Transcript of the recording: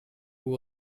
who